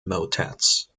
motets